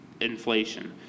inflation